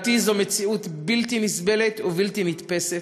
לדעתי, זו מציאות בלתי נסבלת ובלתי נתפסת,